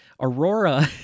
Aurora